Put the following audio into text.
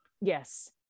Yes